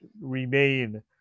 remain